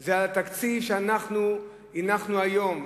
זה התקציב שהנחנו היום,